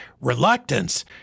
Reluctance